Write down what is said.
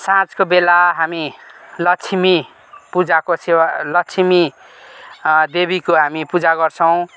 साँझाको बेला हामी लक्ष्मी पूजाको सेवा लक्ष्मी देविको हामी पूजा गर्छौँ